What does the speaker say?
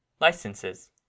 Licenses